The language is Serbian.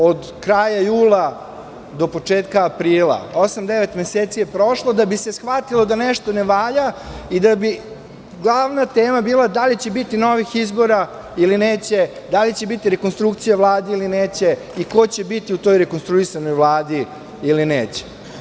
Od kraja jula do početka aprila je prošlo osam, devet meseci, da bi se shvatilo da nešto ne valja i da bi glavna tema bila da li će biti novih izbora ili neće, da li će biti rekonstrukcija Vlade ili neće i ko će biti u toj rekonstruisanoj Vladi ili neće.